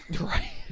Right